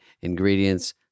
ingredients